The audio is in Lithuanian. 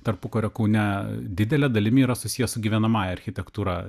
tarpukario kaune didele dalimi yra susijęs su gyvenamąja architektūra